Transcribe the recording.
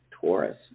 Taurus